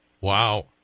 Wow